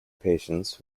patients